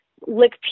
lick